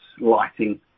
lighting